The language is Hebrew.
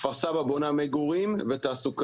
כפר סבא בונה מגורים ותעסוקה.